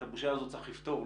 את הבושה הזו צריך לפתור,